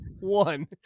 one